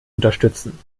unterstützen